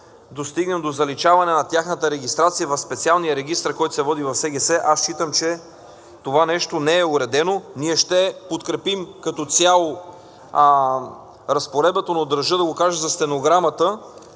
достигнем до заличаване на тяхната регистрация в специалния регистър, който се води в СГС. Аз считам, че това нещо не е уредено. Ние ще подкрепим като цяло разпоредбата, но държа да кажа за стенограмата,